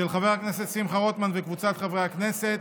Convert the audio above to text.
של חבר הכנסת שמחה רוטמן וקבוצת חברי הכנסת,